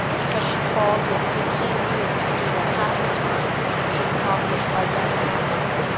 because she fails in fifteen years to do what half the time should accomplish by better methods,